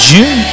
June